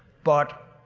but.